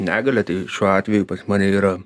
negalią tai šiuo atveju pas mane yra